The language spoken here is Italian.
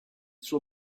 suo